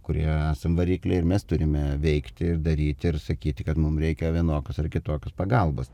kurie esam varikliai ir mes turime veikti ir daryti ir sakyti kad mum reikia vienokios ar kitokios pagalbos